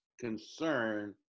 concern